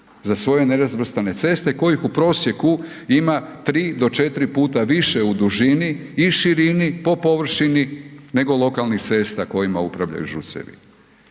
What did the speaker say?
za svoje nerazvrstane ceste kojih u prosjeku ima tri do četiri puta više u dužini i širini po površini nego lokalnih cesta kojima upravljaju ŽUC-evi.